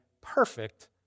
perfect